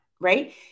Right